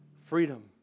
Freedom